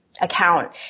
account